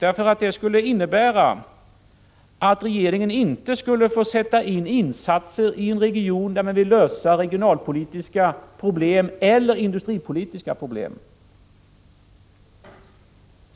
Det skulle innebära att regeringen inte skulle få sätta in insatser i en region där man vill lösa regionalpolitiska eller industripolitiska problem.